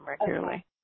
regularly